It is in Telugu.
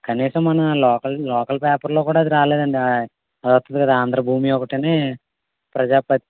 కనీసం మన లోకల్ లోకల్ పేపర్లో కూడా అది రాలేదండి ఆయ్ అదోస్తుంది కదా ఆంధ్రభూమి ఒకటీని ప్రజాప